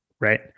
Right